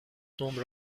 نمره